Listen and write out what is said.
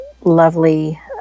lovely